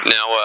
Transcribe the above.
Now